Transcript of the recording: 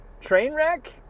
Trainwreck